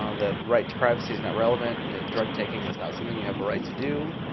um the right to privacy is not relevant and drug taking is not something you have a right to do.